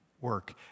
work